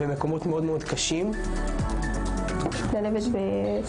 צריך להבין,